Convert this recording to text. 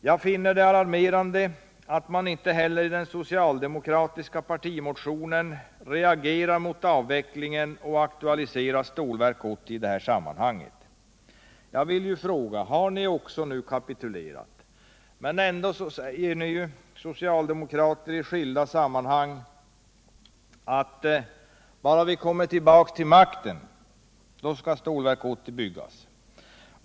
Jag finner det alarmerande att man inte heller i den socialdemokratiska partimotionen reagerar mot avvecklingen och aktualiserar Stålverk 80 i detta sammanhang. Har ni också nu kapitulerat? Men ändå säger ni ju i skilda sammanhang att bara socialdemokraterna kommer tillbaka till makten så skall Stålverk 80 byggas.